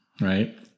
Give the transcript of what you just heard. right